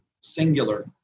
singular